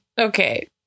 Okay